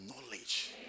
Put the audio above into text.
knowledge